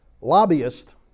Lobbyist